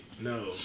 No